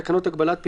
תקנות הגבלת פעילות),